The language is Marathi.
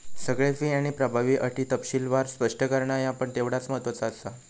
सगळे फी आणि प्रभावी अटी तपशीलवार स्पष्ट करणा ह्या पण तेवढाच महत्त्वाचा आसा